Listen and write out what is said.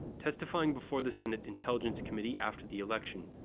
testifying before the senate intelligence committee after the election,